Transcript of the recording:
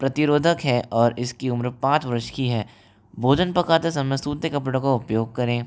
प्रतिरोधक है और इसकी उम्र पाँच वर्ष की है भोजन पकाते समय सूती कपड़ो का उपयोग करें